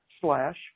slash